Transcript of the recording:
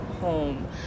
home